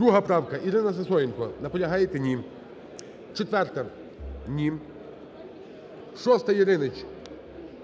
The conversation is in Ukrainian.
2-а правка. Ірина Сисоєнко. Наполягаєте? Ні. 4-а. Ні. 6-а, Яриніч.